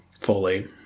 fully